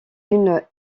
une